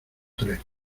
tres